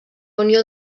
unió